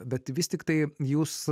bet vis tiktai jūs